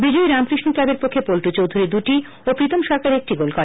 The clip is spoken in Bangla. বিজয়ী রামকৃষ্ণ ক্লাবের পক্ষে পল্টু চৌধুরী দুটি ও প্রীতম সরকার একটি গোল করে